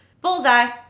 Bullseye